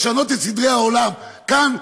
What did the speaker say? לשנות את סדרי העולם כאן,